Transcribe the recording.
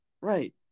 Right